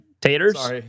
Taters